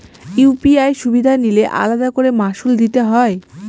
UPI সুবিধা নিলে আলাদা করে মাসুল দিতে হয়?